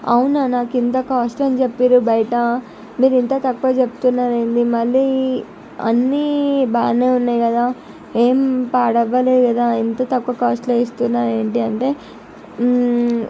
అవునా నాకింత కాస్ట్ అని చెప్పిరు బయట మీరు ఇంత తక్కువ చెప్తున్నారు ఏంటి మళ్ళీ అన్నీ బాగానే ఉన్నాయి కదా ఏం పాడవ్వలేదు కదా ఇంత తక్కువ కాస్ట్లో ఇస్తున్నారు ఏంటి అంటే